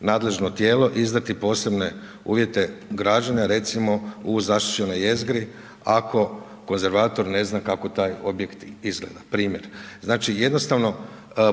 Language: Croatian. nadležno tijelo izdati posebne uvjete građenja, recimo u zaštićenoj jezgri, ako konzervator ne zna kako taj objekt izgleda. Primjer, znači jednostavno